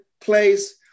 place